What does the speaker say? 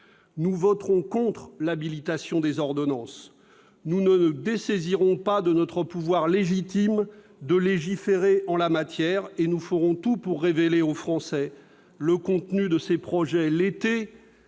Nous voterons contre l'habilitation à procéder par ordonnances. Nous ne nous dessaisirons pas de notre pouvoir légitime de légiférer en la matière et nous ferons tout pour révéler aux Français le contenu de ces projets. L'été,